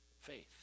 Faith